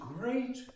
great